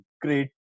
great